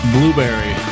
Blueberry